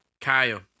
Kyle